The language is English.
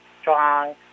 strong